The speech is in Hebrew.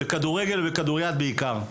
בכדורגל ובכדוריד בעיקר.